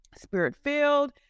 spirit-filled